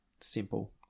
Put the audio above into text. simple